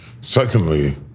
Secondly